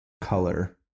color